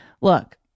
look